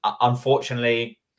unfortunately